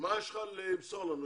מה יש לך למסור לנו?